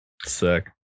Sick